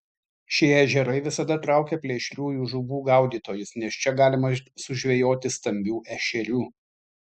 šie ežerai visada traukia plėšriųjų žuvų gaudytojus nes čia galima sužvejoti stambių ešerių